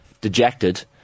dejected